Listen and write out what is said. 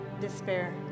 Despair